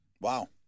Wow